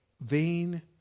Vain